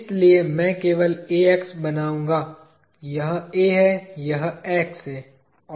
इसलिए मैं केवल AX बनाऊगा यह A है यह X है